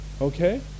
okay